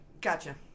Gotcha